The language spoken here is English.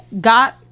got